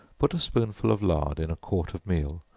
put a spoonful of lard in a quart of meal,